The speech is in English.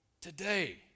today